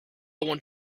want